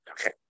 Okay